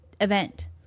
event